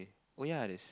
oh ya there's